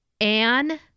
Anne